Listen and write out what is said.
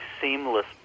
seamless